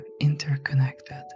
interconnected